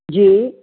जी